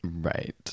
right